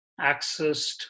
accessed